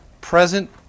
present